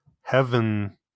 heaven